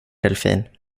delfin